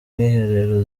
mwiherero